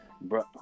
bro